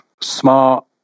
smart